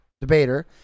debater